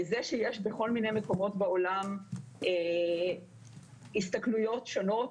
זה שיש בכל מיני מקומות בעולם הסתכלויות שונות,